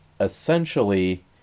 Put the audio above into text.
essentially